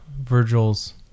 Virgil's